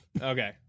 Okay